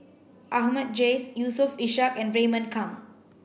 Ahmad Jais Yusof Ishak and Raymond Kang